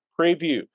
preview